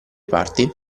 parti